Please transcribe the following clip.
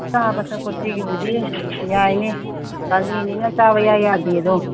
ꯆꯥꯕ ꯊꯛꯄ ꯁꯤꯒꯤꯕꯨꯗꯤ ꯌꯥꯏꯅꯦ ꯀꯥꯂꯦꯟꯅꯤꯅ ꯆꯥꯕ ꯏꯌꯥ ꯌꯥꯗꯦꯗꯣ